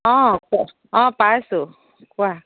অ' আছে অ' পাইছো কোৱা